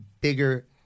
bigger